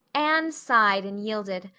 anne sighed and yielded.